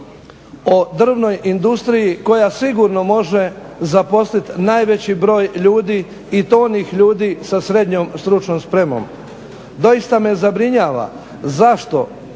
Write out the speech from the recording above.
o drvnoj industriji koja sigurno može zaposliti najveći broj ljudi i to onih ljudi sa SSS-om. Doista me zabrinjava zašto